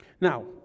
Now